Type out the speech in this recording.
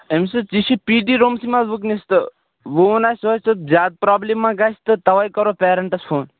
اَمہِ سٍتۍ یہِ چھُ پی ٹی روٗمَس منٛز وُنکیٚس تہٕ وۅنۍ ووٚن اَسہِ سونٛچ اَسہِ زیادٕ پرٛابلِم ما گژھِ تہٕ تَوَے کَرو پیرَنٹس فون